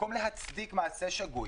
במקום להצדיק מעשה שגוי,